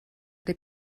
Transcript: der